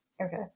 okay